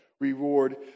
reward